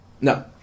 No